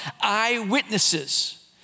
eyewitnesses